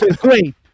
great